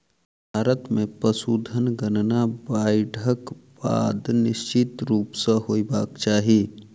भारत मे पशुधन गणना बाइढ़क बाद निश्चित रूप सॅ होयबाक चाही